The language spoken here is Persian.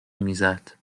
میزد